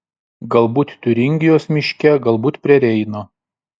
galbūt tiuringijos miške galbūt prie reino